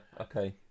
okay